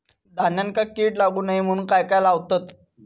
धान्यांका कीड लागू नये म्हणून त्याका काय लावतत?